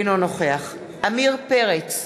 אינו נוכח עמיר פרץ,